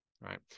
Right